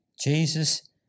Jesus